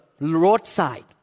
roadside